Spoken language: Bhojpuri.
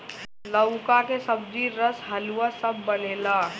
लउका के सब्जी, रस, हलुआ सब बनेला